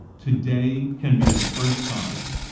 today can be the first time,